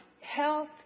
health